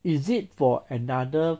is it for another